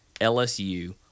LSU